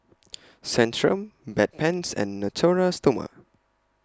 Centrum Bedpans and Natura Stoma